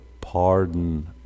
pardon